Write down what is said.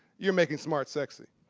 you're making smart sexy.